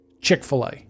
Chick-fil-A